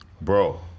bro